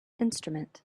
instrument